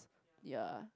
ya